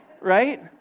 right